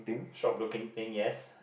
shop looking thing yes